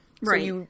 Right